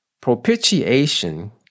Propitiation